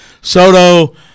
Soto